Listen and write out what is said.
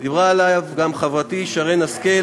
דיברה עליו גם חברתי שרן השכל,